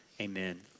amen